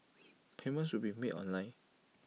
payment should be made online